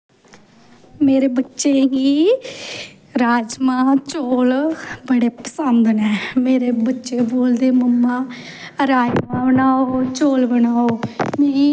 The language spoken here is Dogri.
साढ़ै लोह्ड़ी दा ध्यार आंदा ऐ लोह्ड़ी गी अस लोह्ड़ी मंगन जन्ने ञ्याणे जंदे कुड़ियां जंदियां मुड़े हरणा वे हरणा वे बोलदे